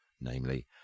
namely